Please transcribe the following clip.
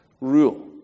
rule